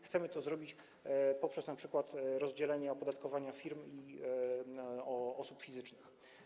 Chcemy to zrobić poprzez np. rozdzielenie opodatkowania firm i osób fizycznych.